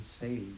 say